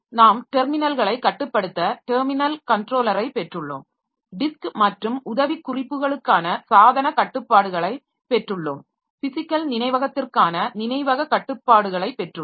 நாம் டெர்மினல்களை கட்டுப்படுத்த டெர்மினல் கன்ட்ரோலரை பெற்றுள்ளோம் டிஸ்க் மற்றும் உதவிக்குறிப்புகளுக்கான சாதனக் கட்டுப்பாட்டுகளைப் பெற்றுள்ளோம் பிஸிக்கல் நினைவகத்திற்கான நினைவகக் கட்டுப்பாட்டுகளைப் பெற்றுள்ளோம்